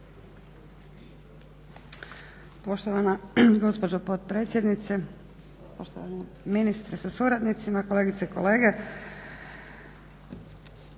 Poštovana gospođo potpredsjednice, poštovani ministre sa suradnicima, kolegice i kolege.